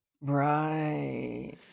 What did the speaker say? Right